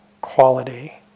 quality